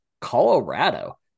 Colorado